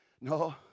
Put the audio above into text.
No